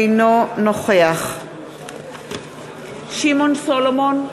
אינו נוכח שמעון סולומון,